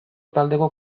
taldeko